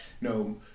No